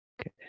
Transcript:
Okay